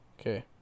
Okay